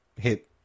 hit